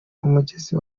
umugezi